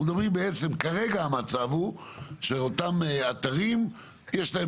אנחנו מדברים בעצם כרגע המצב הוא שאותם אתרים יש להם